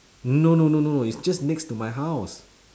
no no no no it's just next to my house